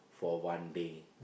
for one day